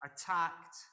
attacked